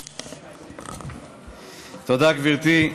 תודה, גברתי.